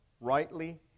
rightly